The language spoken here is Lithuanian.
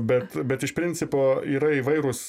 bet bet iš principo yra įvairūs